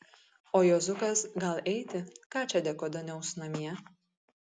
o juozukas gal eiti ką čia dykaduoniaus namie